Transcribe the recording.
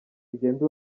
ugende